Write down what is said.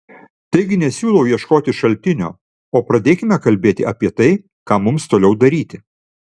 taigi nesiūlau ieškoti šaltinio o pradėkime kalbėti apie tai ką mums toliau daryti